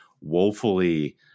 woefully